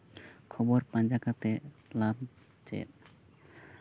ᱠᱷᱚᱵᱚᱨ ᱯᱟᱸᱡᱟ ᱠᱟᱛᱮ ᱞᱟᱵᱽ ᱪᱮᱫ